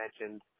mentioned